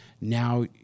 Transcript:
now